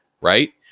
right